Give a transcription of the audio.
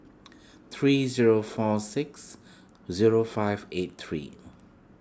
three zero four six zero five eight three